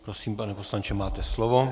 Prosím, pane poslanče, máte slovo.